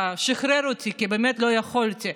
שחרר אותי, כי באמת לא יכולתי.